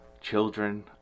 Children